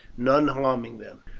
none harming them.